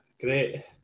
great